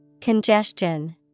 Congestion